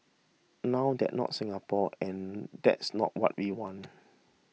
now that not Singapore and that's not what we want